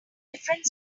different